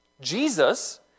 Jesus